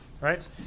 right